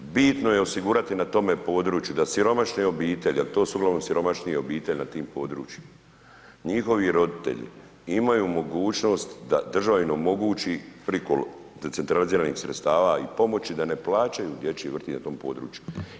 Bitno je osigurati na tome području, da siromašne obitelji, a to su ugl. siromašnije obitelji na tim područjima, njihovi roditelji, imaju mogućnost da država im omogući, preko, decentraliziranih sredstava i pomoći da ne plaćaju dječje vrtiće na tom području.